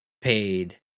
paid